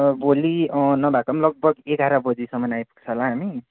भोलि नभएको पनि लगभग एघार बजीसम्म आइपुग्छ होला हामी